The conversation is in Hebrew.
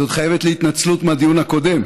את עוד חייבת לי התנצלות מהדיון הקודם.